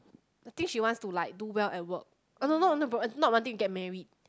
I think she wants to like do well at work oh no no not work not wanting to get married